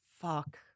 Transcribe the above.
fuck